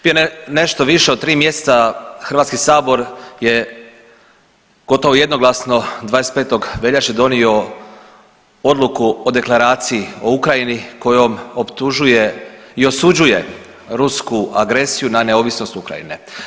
Prije nešto više od 3 mjeseca, HS je gotovo jednoglasno 25. veljače donio Odluku o Deklaraciji o Ukrajini kojom optužuje i osuđuje rusku agresiju na neovisnost Ukrajine.